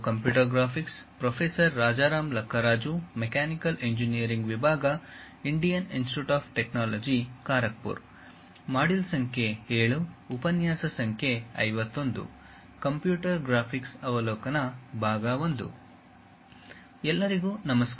computer graphics ಅವಲೋಕನ I ಎಲ್ಲರಿಗೂ ನಮಸ್ಕಾರ